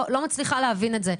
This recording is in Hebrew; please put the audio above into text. אני לא מצליחה להבין את זה.